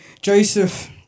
Joseph